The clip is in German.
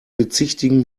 bezichtigen